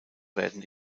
werden